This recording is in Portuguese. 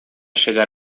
chegar